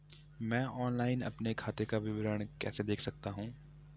मैं ऑनलाइन अपने खाते का विवरण कैसे देख सकता हूँ?